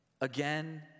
again